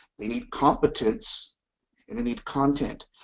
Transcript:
they need competence and they need content.